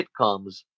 sitcoms